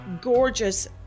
gorgeous